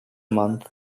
month